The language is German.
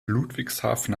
ludwigshafen